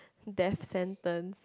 death sentence